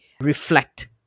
reflect